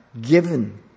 given